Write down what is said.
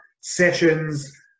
sessions